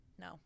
no